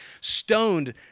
stoned